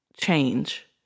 change